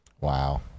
Wow